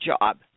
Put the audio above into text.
job